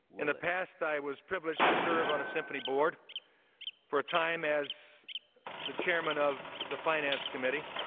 in the past i was privileged to serve on a symphony board for a time as the chairman of the finance committee.